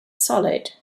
solid